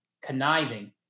conniving